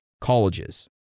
colleges